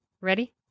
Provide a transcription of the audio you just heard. Ready